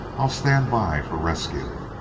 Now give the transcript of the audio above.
i'll stand by for rescue.